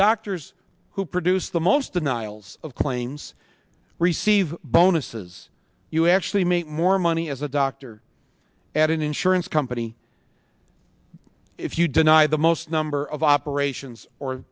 doctors who produce the most denials of claims receive bonuses you actually make more money as a doctor at an insurance company if you deny the most number of operations or